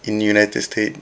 in the united state